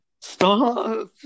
Stop